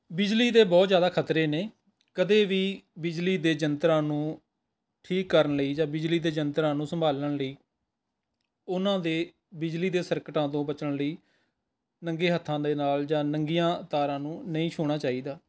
ਬਿਜਲੀ ਦੇ ਬਹੁਤ ਜ਼ਿਆਦਾ ਖ਼ਤਰੇ ਨੇ ਕਦੇ ਵੀ ਬਿਜਲੀ ਦੇ ਯੰਤਰਾਂ ਨੂੰ ਠੀਕ ਕਰਨ ਲਈ ਜਾਂ ਬਿਜਲੀ ਦੇ ਯੰਤਰਾਂ ਨੂੰ ਸੰਭਾਲਣ ਲਈ ਉਹਨਾਂ ਦੇ ਬਿਜਲੀ ਦੇ ਸਰਕਟਾਂ ਤੋਂ ਬਚਣ ਲਈ ਨੰਗੇ ਹੱਥਾਂ ਦੇ ਨਾਲ ਜਾਂ ਨੰਗੀਆਂ ਤਾਰਾਂ ਨੂੰ ਨਹੀਂ ਛੂਹਣਾ ਚਾਹੀਦਾ